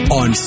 on